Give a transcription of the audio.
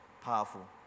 powerful